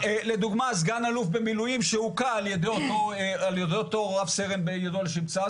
סגן אלוף במילואים על ידי אותו רב סרן בצה"ל.